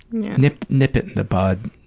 nip nip it in the bud.